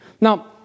Now